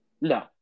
No